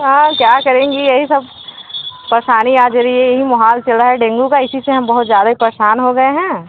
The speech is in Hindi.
हाँ क्या करेंगी यही सब परेशानी आ जा रही है यही माहौल चला रहा है डेंगू का इसी से हम बहुत ज्यादे परेशान हो गएँ हैं